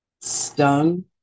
stung